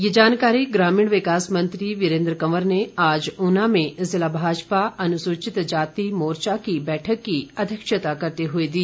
ये जानकारी ग्रामीण विकास मंत्री वीरेन्द्र कंवर ने आज ऊना में ज़िला भाजपा अनुसूचित जाति मोर्चा की बैठक की अध्यक्षता करते हुए दी